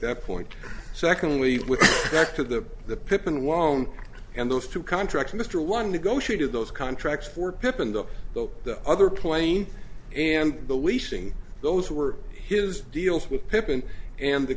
that point secondly back to the the pippen won't end those two contracts mr one negotiated those contracts for pip and the the the other plane and the leasing those were his deals with pippen and the